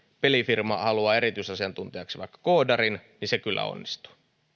pelifirma haluaa erityisasiantuntijaksi vaikka koodarin niin se kyllä onnistuu